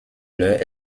leur